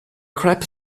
crêpe